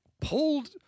pulled